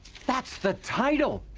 that's the title.